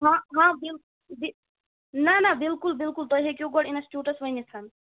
ہاں ہاں بِل نہ نہ بِلکُل بِلکُل تُہۍ ہیٚکِو گۄڈٕ اِنَسٹیوٗٹَس ؤنِتھ